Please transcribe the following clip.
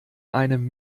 einem